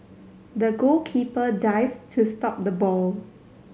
the goalkeeper dived to stop the ball